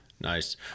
Nice